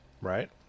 Right